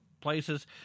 places